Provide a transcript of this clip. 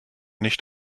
nicht